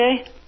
Okay